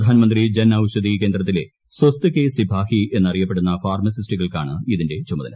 പ്രധാനമന്ത്രി ജൻ ഔഷധി കേന്ദ്രത്തിലെ സ്വസ്ത് കെ സിപാഹി എന്ന് അറിയപ്പെടുന്ന ഫാർമസിസ്റ്റുകൾക്കാണ് ഇതിന്റെ ചുമതല